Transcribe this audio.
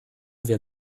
wir